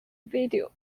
video